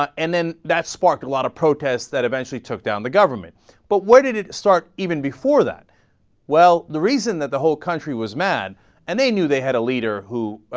ah and then that sparked a lot of protest that eventually took down the government but why did it start even before that well the reason that the whole country was mad and they knew they had a leader who